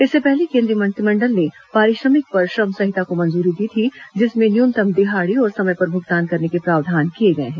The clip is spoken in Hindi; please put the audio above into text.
इससे पहले केन्द्रीय मंत्रिमंडल ने पारिश्रमिक पर श्रम संहिता को मंजूरी दी थी जिसमें न्यूनतम दिहाड़ी और समय पर भुगतान करने के प्रावधान किए गए हैं